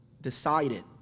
decided